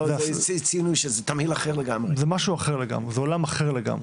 זה עולם אחר לגמרי.